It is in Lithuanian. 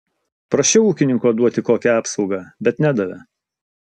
prašiau ūkininko duoti kokią apsaugą bet nedavė